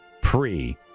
pre